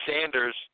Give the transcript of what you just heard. Sanders